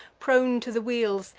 prone to the wheels,